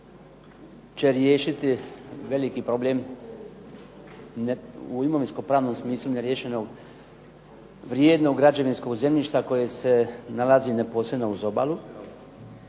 će riješiti veliki problem u imovinsko-pravnom smislu neriješenog vrijednog građevinskog zemljišta koje se nalazi neposredno uz obalu,